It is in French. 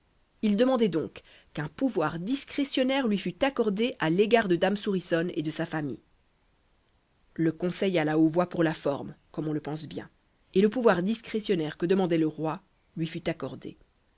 il demandait donc qu'un pouvoir discrétionnaire lui fût accordé à l'égard de dame souriçonne et de sa famille le conseil alla aux voix pour la forme comme on le pense bien et le pouvoir discrétionnaire que demandait le roi lui fut accordé